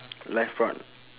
live prawn